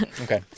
Okay